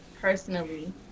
personally